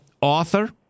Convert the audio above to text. author